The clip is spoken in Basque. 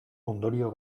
ondorio